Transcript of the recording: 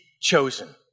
chosen